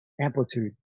amplitude